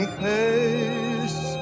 pace